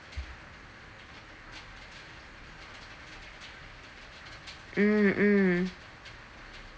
mm mm